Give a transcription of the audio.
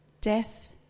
death